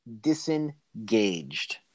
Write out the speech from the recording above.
disengaged